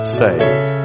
saved